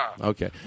Okay